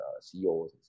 CEOs